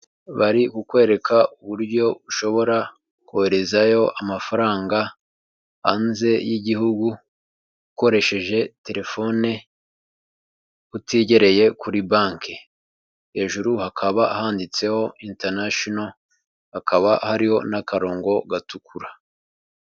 Bari kukwereka uburyo ushobora koherezayo amafaranga hanze y'igihugu ukoresheje terefone, utigereye kuri banki. Hejuru hakaba handitseho intanashino hakaba hariho n'akarongo gatukura.